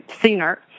sooner